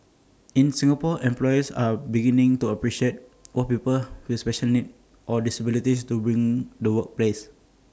in Singapore employers are beginning to appreciate what people with special needs or disabilities to bring the workplace